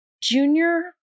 junior